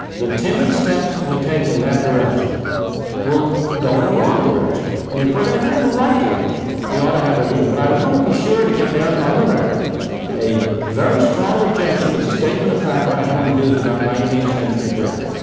the timid steps that we take in that direction will go in the wrong direction. and if we're gonna go in the right direction, we ought to have a view. but i want to be sure to get down on the record a very strong objection to the statement of fact by helen hughes about nineteenth century britain.